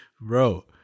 bro